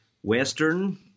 Western